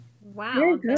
Wow